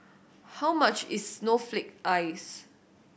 how much is snowflake ice